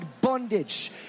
bondage